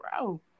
bro